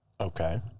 Okay